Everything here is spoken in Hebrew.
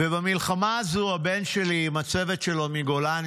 במלחמה הזו הבן שלי עם הצוות שלו מגולני,